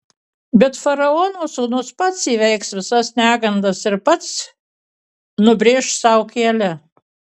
bet faraono sūnus pats įveiks visas negandas ir pats nubrėš sau kelią